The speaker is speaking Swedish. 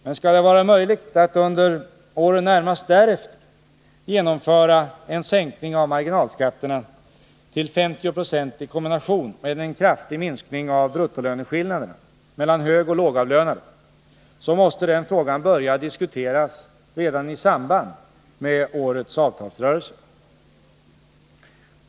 Men skall det vara möjligt att under åren närmast därefter genomföra en sänkning av marginalskatterna till 50 20 i kombination med en kraftig minskning av bruttolöneskillnaderna mellan högoch lågavlönade, så måste den frågan börja diskuteras redan i samband med årets avtalsrörelse.